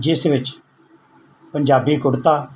ਜਿਸ ਵਿੱਚ ਪੰਜਾਬੀ ਕੁੜਤਾ